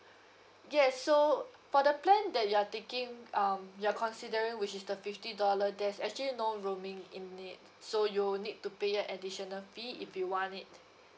yes so for the plan that you are taking um you're considering which is the fifty dollar there's actually no roaming in it so you'll need to pay an additional fee if you want it